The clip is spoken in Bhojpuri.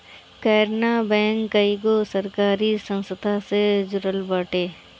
केनरा बैंक कईगो सरकारी संस्था से जुड़ल बाटे